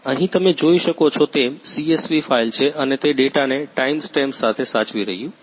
અહી તમે જોય શકો છો તેમ CSV ફાઈલ છે અને તે ડેટા ને ટાઈમ સ્ટેમ્પ સાથે સાચવી રહ્યું છે